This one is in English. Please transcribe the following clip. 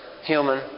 human